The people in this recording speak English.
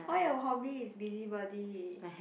why your hobby is busybody